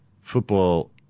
football